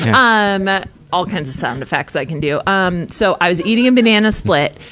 um all kinds of sound effects i can do. um so, i was eating a banana split.